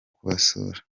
kubasura